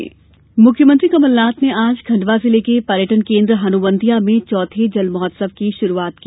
हनुवंतिया महोत्सव मुख्यमंत्री कमलनाथ ने आज खंडवा जिले के पर्यटन केंद्र हनुवंतिया में चौथे जल महोत्सव की शुरुआत की